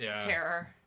terror